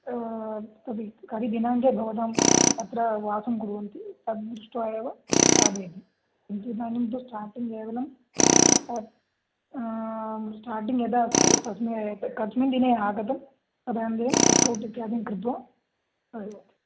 कति कति दिनाङ्के भवताम् अत्र वासं कुर्वन्ति तद् दृष्ट्वा एव स्थापयति किन्तु इदानीं तु स्टार्टिङ्ग् केवलं स्टार्टिङ्ग् यदा इति तस्मै कस्मिन् दिने आगतं तदनन्तरं चेकौट् इत्यादिकं कृत्वा एवं